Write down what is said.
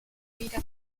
weder